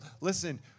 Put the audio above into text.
Listen